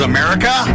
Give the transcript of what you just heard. America